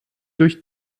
durch